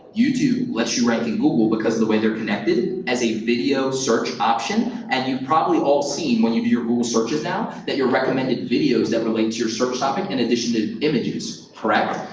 youtube lets you rank in google because of the way they're connected as a video-search option, and you've probably all seen, when you do your google searches now, that your recommended videos that relate to your search topic, in addition to images, correct?